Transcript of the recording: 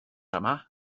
yma